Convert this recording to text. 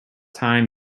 time